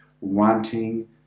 wanting